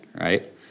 right